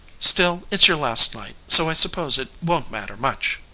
still it's your last night, so i suppose it won't matter much.